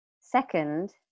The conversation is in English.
second